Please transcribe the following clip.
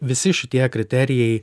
visi šitie kriterijai